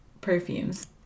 perfumes